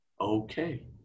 okay